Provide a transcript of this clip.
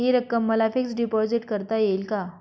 हि रक्कम मला फिक्स डिपॉझिट करता येईल का?